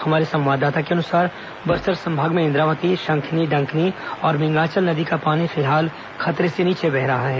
हमारे संवाददाता के अनुसार बस्तर संभाग में इंद्रावती शंखिनी डंकिनी और मिंगाचल नदी का पानी फिलहाल खतरे से नीचे बह रहा है